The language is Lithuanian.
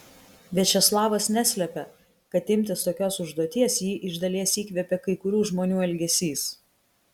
viačeslavas neslepia kad imtis tokios užduoties jį iš dalies įkvėpė kai kurių žmonių elgesys